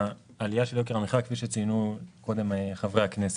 העלייה של יוקר המחייה כפי שציינו קודם חברי הכנסת.